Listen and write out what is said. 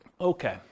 Okay